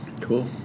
cool